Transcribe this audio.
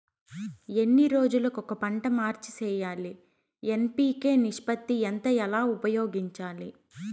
ఎన్ని రోజులు కొక పంట మార్చి సేయాలి ఎన్.పి.కె నిష్పత్తి ఎంత ఎలా ఉపయోగించాలి?